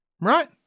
right